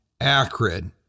acrid